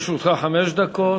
לרשותך חמש דקות.